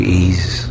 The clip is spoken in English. ease